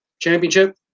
championship